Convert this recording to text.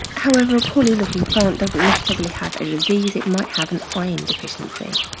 however, a poorly looking plant doesn't necessarily have a disease, it might have an ion deficiency.